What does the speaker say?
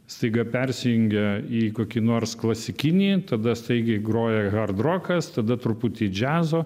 staiga persijungia į kokį nors klasikinį tada staigiai groja hardrokas tada truputį džiazo